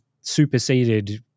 superseded